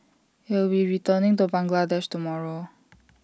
he will be returning to Bangladesh tomorrow